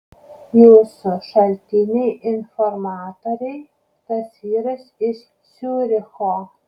jūsų šaltiniai informatoriai tas vyras iš ciuricho